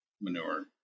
manure